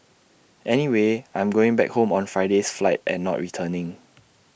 anyway I'm going back home on Friday's flight and not returning